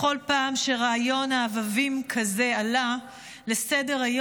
בכל פעם שרעיון עוועים כזה עלה לסדר-היום,